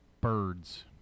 Birds